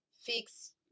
fix